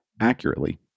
accurately